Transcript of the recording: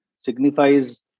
signifies